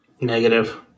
Negative